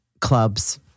clubs